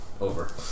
Over